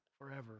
forever